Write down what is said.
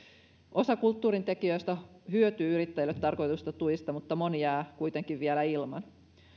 osa kulttuurintekijöistä hyötyy yrittäjille tarkoitetuista tuista mutta moni jää kuitenkin vielä ilman